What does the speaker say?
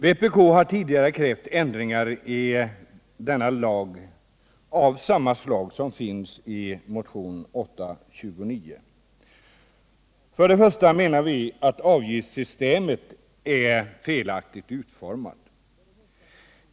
Vpk har tidigare krävt ändringar i denna lag av samma slag som de som föreslås i motionen 829. Först och främst menar vi att avgiftssystemet är felaktigt utformat.